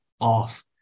off